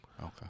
Okay